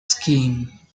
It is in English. scheme